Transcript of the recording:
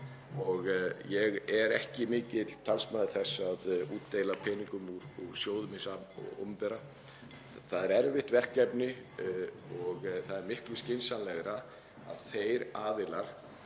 Ég er ekki mikill talsmaður þess að útdeila peningum úr sjóðum hins opinbera. Það er erfitt verkefni og það er miklu skynsamlegra að þeir aðilar,